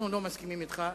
אנחנו לא מסכימים אתך.